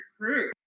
crew